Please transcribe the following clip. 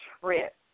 trip